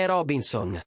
Robinson